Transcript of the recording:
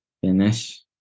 finish